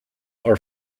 are